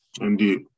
Indeed